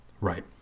Right